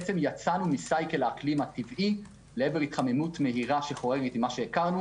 יצאנו ממעגל האקלים הטבעי להתחממות מהירה שחורגת ממה שהכרנו.